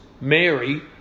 Mary